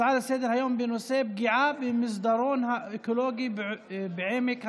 הצעות לסדר-היום בנושא: פגיעה במסדרון האקולוגי בעמק הצבאים,